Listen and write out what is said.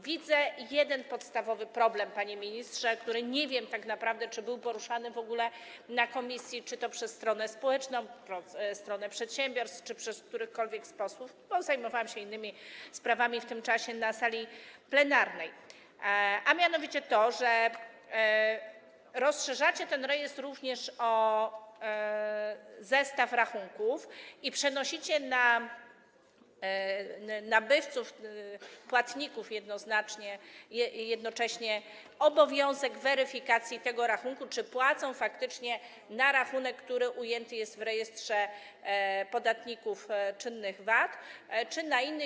Widzę jeden podstawowy problem, panie ministrze - nie wiem tak naprawdę, czy było to poruszane w ogóle na posiedzeniu komisji czy to przez stronę społeczną, przez przedsiębiorstwa czy przez któregokolwiek z posłów, bo zajmowałam się innymi sprawami w tym czasie na sali plenarnej - a mianowicie to, że rozszerzacie ten rejestr również o zestaw rachunków i przenosicie na nabywców, płatników jednocześnie, obowiązek weryfikacji tego rachunku, tego, czy opłacane to jest faktycznie na rachunek, który ujęty jest w rejestrze podatników czynnych VAT, czy na inny.